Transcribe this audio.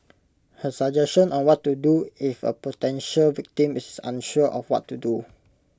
her suggestion on what to do if A potential victim is unsure of what to do